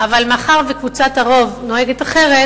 אבל מאחר שקבוצת הרוב נוהגת אחרת,